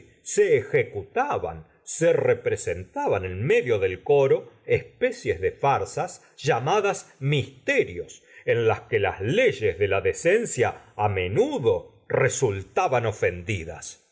se ejecutaban se r epresentaban en medio del coro especies de farsas llamadas misterios en la señora de bovary gustavo flaubert las que la s leyes de la decencia á menudo resultaban ofendidas